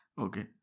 Okay